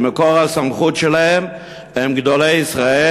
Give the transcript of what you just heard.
כי מקור הסמכות שלהם הוא גדולי ישראל,